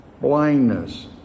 blindness